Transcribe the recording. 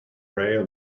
rail